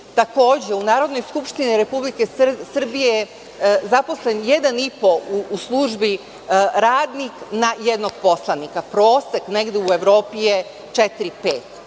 u Narodnoj skupštini Republike Srbije je zaposlen jedan i po u službi radnik na jednog poslanika. Prosek negde u Evropi je